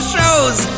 Shows